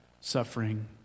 suffering